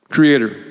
Creator